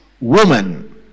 woman